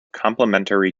complementary